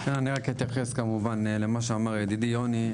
אני רק אתייחס, כמובן, למה שאמר ידידי יוני.